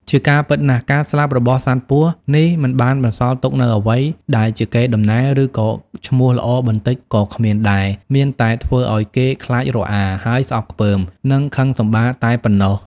ជាការពិតណាស់ការស្លាប់របស់សត្វពស់នេះមិនបានបន្សល់ទុកអ្វីដែលជាកេរដំណែល ឬក៏ឈ្មោះល្អបន្តិចក៏គ្មានដែរ មានតែធ្វើឲ្យគេខ្លាចរអា ហើយស្អប់ខ្ពើម និងខឹងសម្បារតែប៉ុណ្ណោះ ។